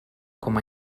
com